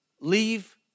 leave